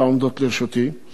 וזה בעיקר כי פשוט